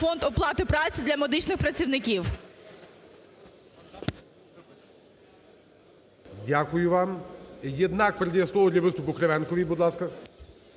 Фонд оплати праці для медичних працівників. ГОЛОВУЮЧИЙ. Дякую вам. Єднак передає слово для виступу Кривенкові, будь ласка.